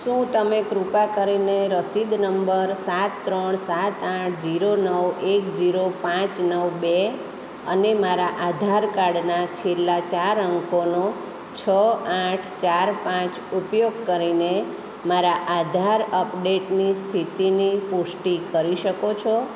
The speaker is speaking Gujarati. શું તમે કૃપા કરીને રસીદ નંબર સાત ત્રણ સાત આઠ જીરો નવ એક જીરો પાંચ નવ બે અને મારા આધાર કાર્ડના છેલ્લા ચાર અંકોનો છ આઠ ચાર પાંચ ઉપયોગ કરીને મારા આધાર અપડેટની સ્થિતિની પુષ્ટિ કરી શકો છો